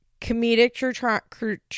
Comedic